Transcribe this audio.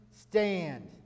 stand